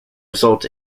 result